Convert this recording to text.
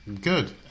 good